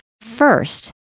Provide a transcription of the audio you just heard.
first